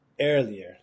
earlier